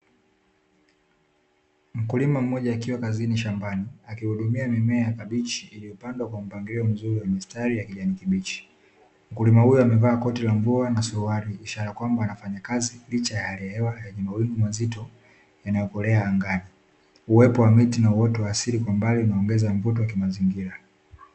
Mkulima mmoja akiwa kazini shambani, akiihudumia mimea ya kabichi iliyopandwa kwa mpangilio mzuri wa mistari ya kijani kibichi. Mkulima huyo amevaa koti la mvua na suruali, ishara kwamba anafanya kazi licha ya hali ya hewa yenye mawingu mazito yanayokolea angani. Uwepo wa miti na uoto wa asili kwa mbali unaongeza mvuto wa kimazingira.